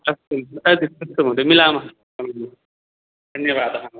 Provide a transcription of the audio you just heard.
मिलामः धन्यवादःमहोदय